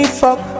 fuck